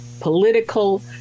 political